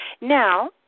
Now